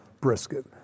brisket